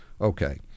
Okay